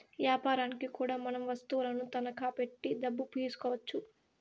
యాపారనికి కూడా మనం వత్తువులను తనఖా పెట్టి డబ్బు తీసుకోవచ్చు